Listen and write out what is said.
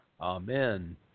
Amen